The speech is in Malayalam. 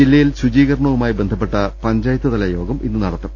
ജില്ലയിൽ ശുചീക രണവുമായി ബന്ധപ്പെട്ട പഞ്ചായത്ത് തല യോഗം ഇന്ന് നടത്തും